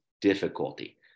difficulty